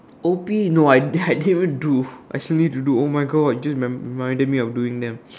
O_P no I I didn't even do I still need to do oh my God dude you reminded me to doing them